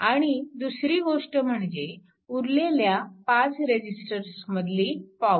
आणि दुसरी गोष्ट म्हणजे उरलेल्या 5 रेजिस्टरमधील पॉवर